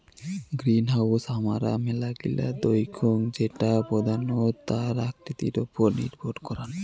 greenhouse হামারা মেলা গিলা দেখঙ যেটা প্রধানত তার আকৃতির ওপর নির্ভর করাং